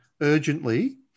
urgently